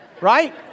Right